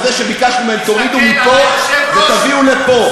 על זה שביקשנו מהם: תורידו מפה ותביאו לפה.